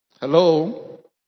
Hello